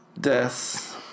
deaths